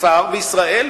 שר בישראל,